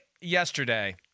yesterday